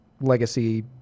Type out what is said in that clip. legacy